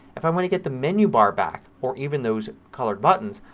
if i want to get the menu bar back, or even those colored buttons,